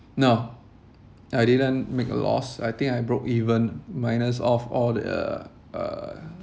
no I didn't make a loss I think I broke even minus off all the uh